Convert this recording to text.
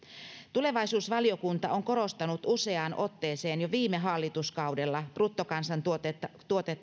tulevaisuusvaliokunta on korostanut useaan otteeseen jo viime hallituskaudella bruttokansantuotetta